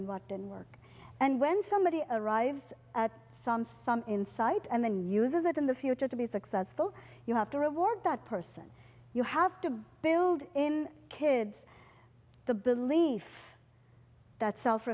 and what didn't work and when somebody arrives at some some insight and then uses it in the future to be successful you have to reward that person you have to build in kids the belief that sel